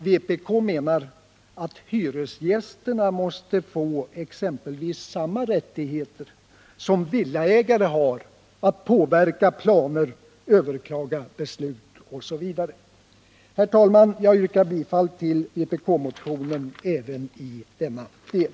Vpk menar att hyresgästerna måste få exempelvis samma rättigheter som de som villaägare har att påverka planer, överklaga beslut osv. Herr talman! Jag yrkar bifall till vpk-motionen även i denna del.